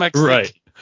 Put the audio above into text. right